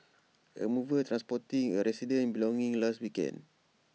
A mover transporting A resident's belongings last weekend